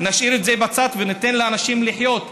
נשאיר את זה בצד וניתן לאנשים לחיות,